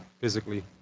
Physically